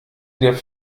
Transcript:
der